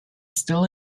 still